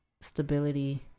stability